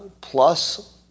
plus